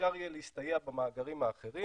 אפשר יהיה להסתייע במאגרים האחרים,